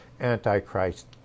Antichrist